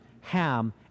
Ham